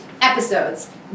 episodes